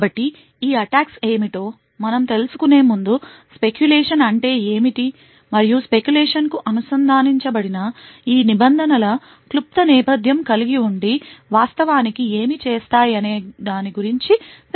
కాబట్టి ఈ అటాక్స్ ఏమిటో మనం తెలుసుకునే ముందు speculation అంటే ఏమిటి మరియు speculation కు అనుసంధానించబడిన ఈ నిబంధనల క్లుప్త నేపథ్యం కలిగి ఉండి వాస్తవానికి ఏమి చేస్తాయనే దాని గురించి తెలుసుకుందాం